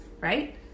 right